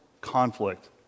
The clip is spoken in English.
conflict